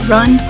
Run